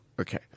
okay